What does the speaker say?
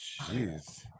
Jeez